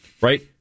right